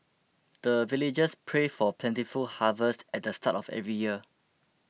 the villagers pray for plentiful harvest at the start of every year